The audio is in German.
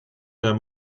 der